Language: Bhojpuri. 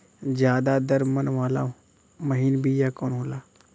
ज्यादा दर मन वाला महीन बिया कवन होला?